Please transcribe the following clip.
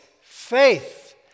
faith